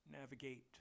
navigate